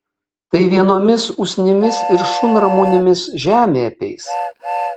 tai vienomis usnimis ir šunramunėmis žemė apeis